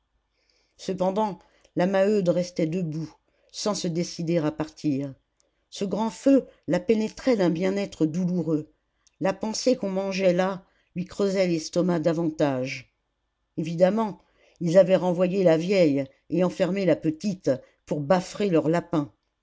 cependant la maheude restait debout sans se décider à partir ce grand feu la pénétrait d'un bien-être douloureux la pensée qu'on mangeait là lui creusait l'estomac davantage évidemment ils avaient renvoyé la vieille et enfermé la petite pour bâfrer leur lapin